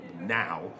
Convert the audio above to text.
now